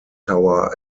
tower